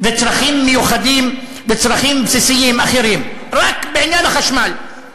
וצרכים בסיסיים אחרים, רק בעניין החשמל.